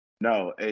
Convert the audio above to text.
no